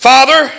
Father